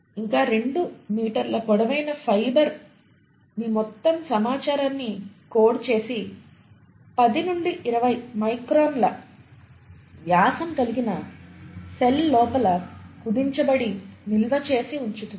ఇంకా 2 మీటర్ల పొడవైన ఫైబర్ మీ మొత్తం సమాచారాన్ని కోడ్ చేసి 10 నుండి 20 మైక్రాన్ల వ్యాసం కలిగిన సెల్ లోపల కుదించబడి నిల్వ చేసి ఉంచుతుంది